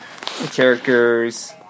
characters